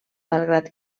malgrat